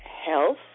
health